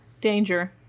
danger